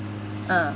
ah